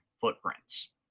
footprints